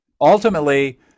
ultimately